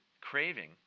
craving